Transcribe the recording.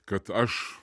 kad aš